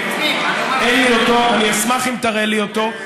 אני אשמח אם תראה לי אותו.